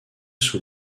sous